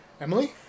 Emily